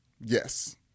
Yes